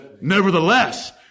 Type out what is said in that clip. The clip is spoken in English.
Nevertheless